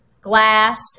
glass